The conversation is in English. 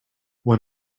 when